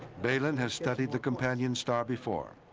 bailyn has studied the companion star before,